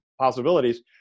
possibilities